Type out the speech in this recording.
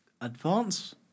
Advance